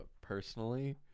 personally